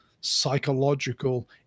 psychological